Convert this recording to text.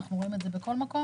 אנחנו רואים את זה בכל מקום.